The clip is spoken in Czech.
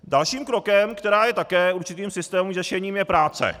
Dalším krokem, který je také určitým systémovým řešením, je práce.